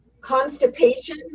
Constipation